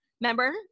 Remember